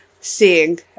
seeing